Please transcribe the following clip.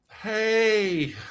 Hey